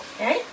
Okay